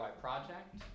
project